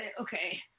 okay